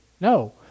No